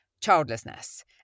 childlessness